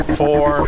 four